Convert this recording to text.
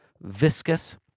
viscous